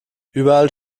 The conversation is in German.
überall